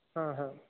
હા હા